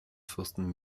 fürsten